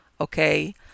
okay